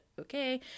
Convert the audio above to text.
okay